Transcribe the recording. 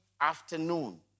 afternoon